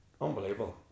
unbelievable